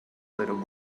little